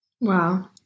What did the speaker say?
Wow